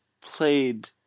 played